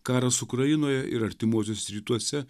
karas ukrainoje ir artimuosiuos rytuose